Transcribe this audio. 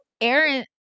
Aaron